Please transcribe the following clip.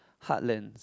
heartland